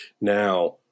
Now